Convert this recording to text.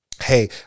Hey